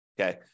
Okay